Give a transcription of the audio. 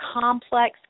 complex